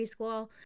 preschool